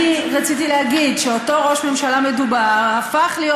אני רציתי להגיד שאותו ראש ממשלה מדובר הפך להיות